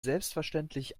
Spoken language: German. selbstverständlich